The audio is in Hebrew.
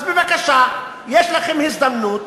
אז בבקשה, יש לכם הזדמנות